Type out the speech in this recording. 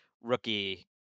rookie